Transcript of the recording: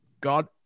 God